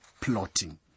plotting